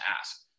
ask